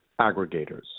aggregators